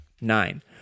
Nine